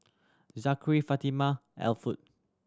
Zakary Fatima Elwood